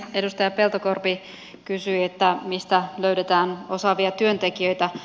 edustaja peltokorpi kysyi mistä löydetään osaavia työntekijöitä